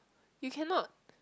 you cannot